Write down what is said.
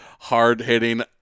hard-hitting